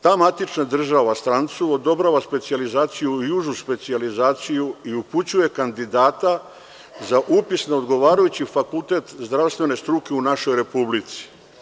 Ta matična država strancu odobrava specijalizaciju i užu specijalizaciju i upućuje kandidata za upis na odgovarajući fakultet zdravstvene struke u našoj Republici.